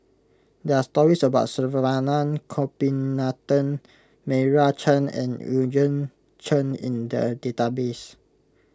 there are stories about Saravanan Gopinathan Meira Chand and Eugene Chen in the database